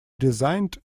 designed